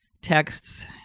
texts